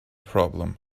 problem